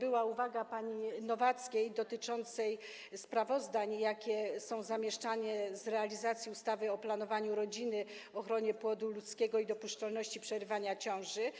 do uwagi pani Nowackiej dotyczącej sprawozdań, jakie są zamieszczane, z realizacji ustawy o planowaniu rodziny, ochronie płodu ludzkiego i warunkach dopuszczalności przerywania ciąży.